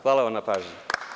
Hvala vam na pažnji.